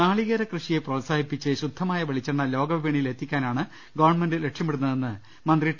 നാളികേര കൃഷിയെ പ്രോത്സാഹിപ്പിച്ച് ശുദ്ധമായ വെളിച്ചെണ്ണ ലോകവിപണിയിൽ എത്തിക്കാനാണ് ഗവൺമെന്റ് ലക്ഷ്യമിടുന്നതെന്ന് മന്ത്രി ടി